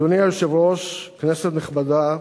אדוני היושב-ראש, כנסת נכבדה,